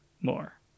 more